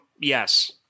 yes